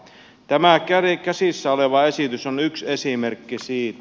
tämä käsissä oleva esitys on yksi esimerkki siitä